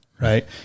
right